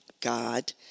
God